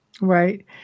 Right